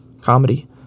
comedy